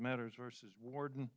matters versus warden